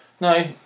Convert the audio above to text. no